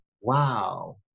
Wow